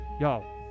Yo